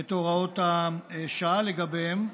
את הוראות השעה לגביהם.